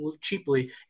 cheaply